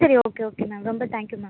சரி okay okay ma'am ரொம்ப thank you ma'am